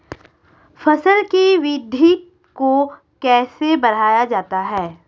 फसल की वृद्धि को कैसे बढ़ाया जाता हैं?